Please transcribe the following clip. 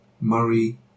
Murray